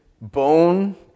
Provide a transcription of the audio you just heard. bone